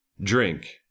drink